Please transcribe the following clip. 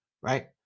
Right